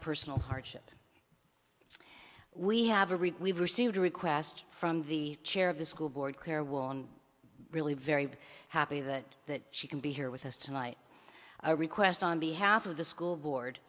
personal hardship we have a read we've received a request from the chair of the school board claire was really very happy that that she can be here with us tonight a request on behalf of the school board